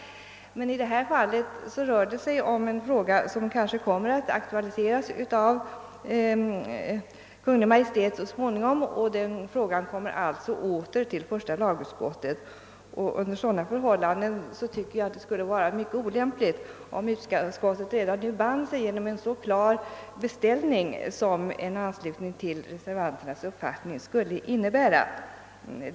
Men i detta fall rör det sig om en fråga som kanske kommer att aktualiseras av Kungl. Maj:t så småningom, och frågan kommer alltså åter till första lagutskottet. Under sådana förhållanden tycker jag att det skulle vara mycket olämpligt, om utskottet redan nu band sig genom en så klar beställning som en anslutning till reservanternas uppfattning skulle innebära.